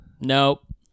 Nope